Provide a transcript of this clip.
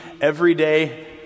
everyday